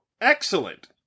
excellent